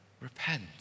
Repent